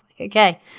okay